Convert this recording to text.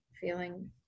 feeling